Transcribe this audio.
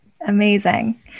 Amazing